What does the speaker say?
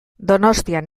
donostian